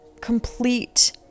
complete